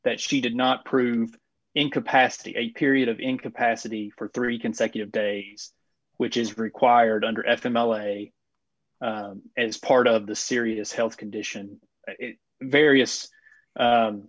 that she did not prove incapacity a period of incapacity for three consecutive days which is required under f m l a as part of the serious health condition various